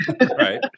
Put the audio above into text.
Right